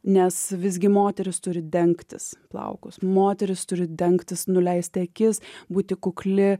nes visgi moteris turi dengtis plaukus moterys turi dengtis nuleisti akis būti kukli